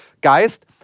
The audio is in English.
geist